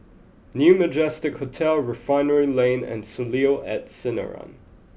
New Majestic Hotel Refinery Lane and Soleil at Sinaran